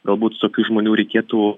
galbūt tokių žmonių reikėtų